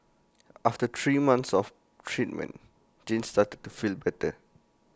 after three months of treatment Jane started to feel better